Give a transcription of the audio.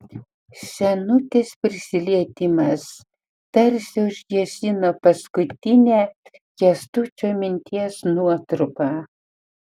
senutės prisilietimas tarsi užgesino paskutinę kęstučio minties nuotrupą